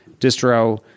distro